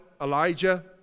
Elijah